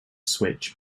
switch